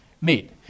meet